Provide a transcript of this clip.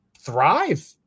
thrive